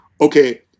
okay